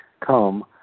come